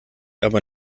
aber